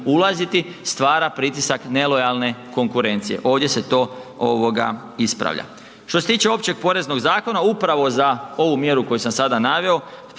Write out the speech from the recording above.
ulaziti, stvara pritisak nelojalne konkurencije. Ovdje se to ispravlja. To se tiče Općeg poreznog zakona upravo za ovu mjeru koju sam sada naveo,